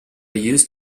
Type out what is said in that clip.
used